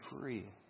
free